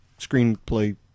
screenplay